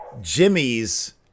Jimmy's